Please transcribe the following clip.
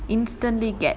instantly get